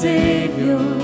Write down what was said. Savior